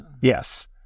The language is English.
Yes